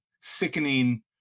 sickening